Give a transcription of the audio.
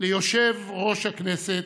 ליושב-ראש הכנסת,